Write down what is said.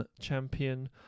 Champion